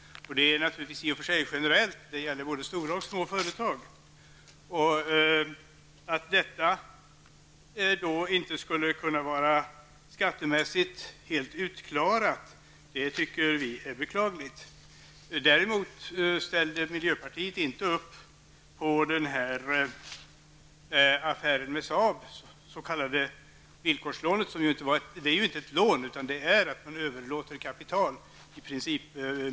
Det gäller i och för sig generellt, både stora och små företag. Att detta inte skulle kunna vara skattemässigt helt utklarat tycker vi är beklagligt. Däremot ställde miljöpartiet inte upp på affären med Saab, det s.k. villkorslånet. Det är inte ett lån, utan i princip en överlåtelsen av kapital på vissa villkor.